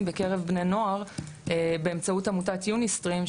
בקרב בני נוער באמצעות עמותת יוניסטרים,